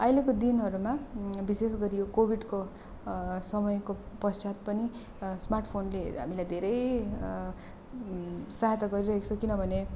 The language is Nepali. अहिलेको दिनहरूमा विशेष गरी यो कोभिडको समयको पश्चात पनि स्मार्ट फोनले हामीलाई धेरै सहायता गरिरहेको छ किनभने